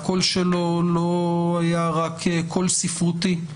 הקול שלו לא היה רק קול ספרותי,